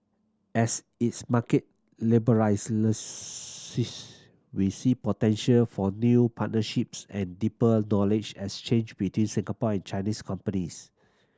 as its market we see potential for new partnerships and deeper knowledge exchange between Singapore and Chinese companies